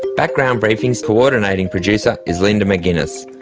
background briefing's coordinating producer is linda mcginness,